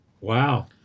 Wow